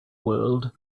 world